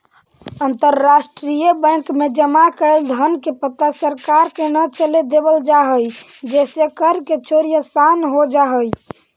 अंतरराष्ट्रीय बैंक में जमा कैल धन के पता सरकार के न चले देवल जा हइ जेसे कर के चोरी आसान हो जा हइ